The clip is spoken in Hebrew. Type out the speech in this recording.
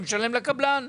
ומשלם לקבלן.